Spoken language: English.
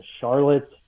Charlotte